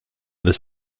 the